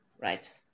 right